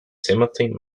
timothy